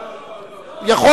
לא לא לא.